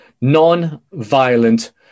non-violent